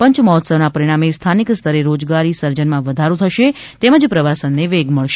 પંચમહોત્સવના પરિણામે સ્થાનિક સ્તરે રોજગારી સર્જનમાં વધારો થશે તેમજ પ્રવાસનને વેગ મળશે